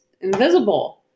invisible